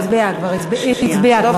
תמה